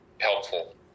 helpful